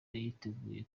yitegure